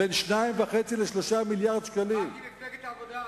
אגב, רק עם מפלגת העבודה.